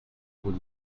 would